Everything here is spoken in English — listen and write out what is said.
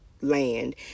land